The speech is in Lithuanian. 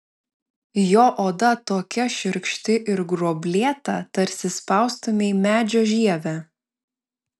jo oda tokia šiurkšti ir gruoblėta tarsi spaustumei medžio žievę